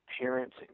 parents